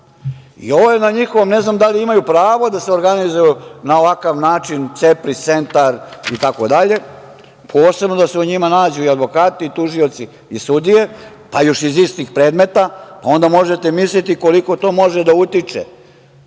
ovo su javni nastupi. Ne znam da li imaju pravo da se organizuju na ovakav način CEPRIS centar itd, posebno da se u njima nađu advokati, tužioci i sudije, pa još iz istih predmeta, onda možete misliti koliko to može da utiče